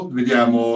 vediamo